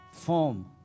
Form